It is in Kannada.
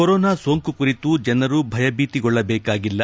ಕೊರೋನಾ ಸೋಂಕು ಕುರಿತು ಜನರು ಭಯಭೀತಿಗೊಳ್ಳಬೇಕಾಗಿಲ್ಲ